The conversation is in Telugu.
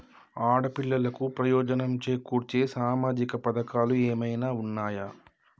ఆడపిల్లలకు ప్రయోజనం చేకూర్చే సామాజిక పథకాలు ఏమైనా ఉన్నయా?